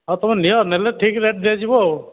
ହଉ ତୁମେ ନିଅ ନେଲେ ଠିକ୍ ରେଟ୍ ଦିଆଯିବ ଆଉ